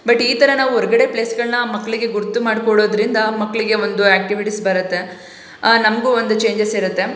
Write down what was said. but ಈ ಥರ ನಾವು ಹೊರ್ಗಡೆ ಪ್ಲೇಸ್ಗಳನ್ನ ಮಕ್ಕಳಿಗೆ ಗುರುತು ಮಾಡಿಕೊಡೋದ್ರಿಂದ ಮಕ್ಕಳಿಗೆ ಒಂದು ಆ್ಯಕ್ಟಿವಿಟಿಸ್ ಬರುತ್ತೆ ನಮಗೂ ಒಂದು ಚೇಂಜಸ್ ಇರುತ್ತೆ